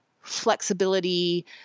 flexibility